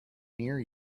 near